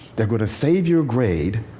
they're going to save your grade,